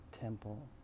temple